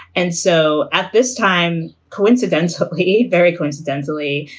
and so at this time, coincidentally, very coincidentally,